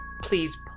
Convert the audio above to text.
Please